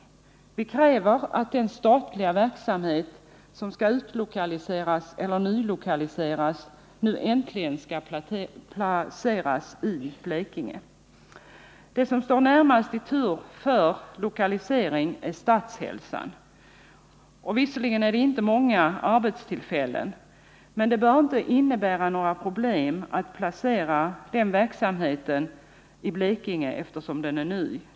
Vi kräver att den statliga verksamhet som skall utlokaliseras från Stockholm eller nylokaliseras nu äntligen skall placeras i Blekinge. Det verk som står närmast i tur för utlokalisering är Statshälsan. Visserligen rör det sig inte om många arbetstillfällen, men det bör inte innebära några problem att placera den verksamheten i Blekinge, eftersom den är ny.